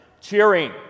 cheering